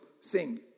sing